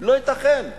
לא ייתכן.